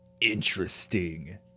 Interesting